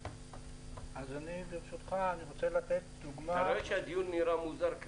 אני רוצה לתת דוגמה --- אתה רואה שהדיון נראה מוזר,